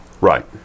Right